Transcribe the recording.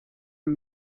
aan